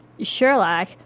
Sherlock